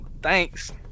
thanks